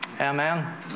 Amen